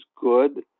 good